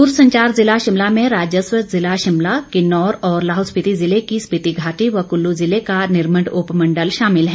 दरसंचार जिला शिमला में राजस्व जिला शिमला किन्नौर और लाहौल स्पिति जिले की स्पिति घाटी व कुल्लू जिले का निरमंड उपमण्डल शामिल हैं